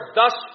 thus